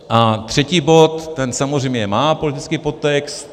A třetí bod, ten samozřejmě má politický podtext.